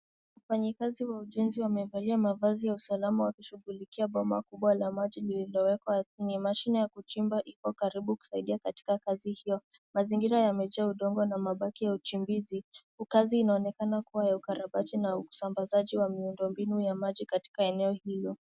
Wafanyakazi wa ujenzi wamevalia mavazi ya usalama wakishughulikia bomba kubwa la maji lililo wekwa ardhini. Mashine ya kuchimbia iko karibu kusaidia katika kazi hiyo. Mazingira yamejaa udongo na mabaki ya uchimbizi. Kazi inaonekana kuwa ya ukarabati na usambazaji wa miundo mbinu ya maji katika eneo hilo.